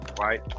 right